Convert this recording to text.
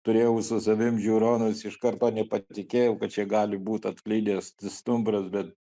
turėjau su savim žiūronus iš karto nepatikėjau kad čia gali būt atklydęs stumbras bet